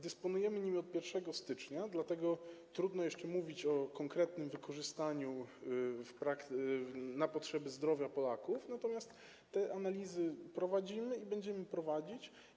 Dysponujemy nimi od 1 stycznia, dlatego trudno jeszcze mówić o konkretnym wykorzystaniu tego na potrzeby zdrowia Polaków, natomiast te analizy prowadzimy i będziemy prowadzić.